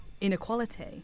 inequality